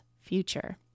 future